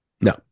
No